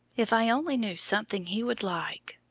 if i only knew something he would like.